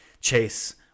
Chase